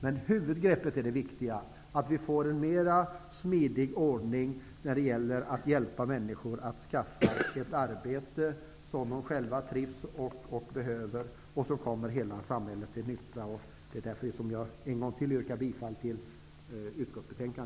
Men huvudgreppet är det viktiga, att vi får en smidigare ordning när det gäller att hjälpa människor att skaffa ett arbete som de själva trivs med och behöver och som är till nytta för hela samhället. Det är därför som jag en gång till yrkar bifall till utskottets hemställan.